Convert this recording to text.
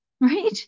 right